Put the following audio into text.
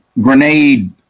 grenade